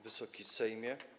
Wysoki Sejmie!